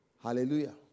Hallelujah